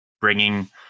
bringing